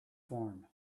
form